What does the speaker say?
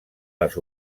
les